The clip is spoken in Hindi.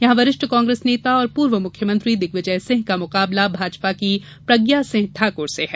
जहां वरिष्ठ कांग्रेस नेता और पूर्व मुख्यमंत्री दिग्विजयसिंह का मुकाबला भाजपा की प्रज्ञा सिंह ठाकुर से है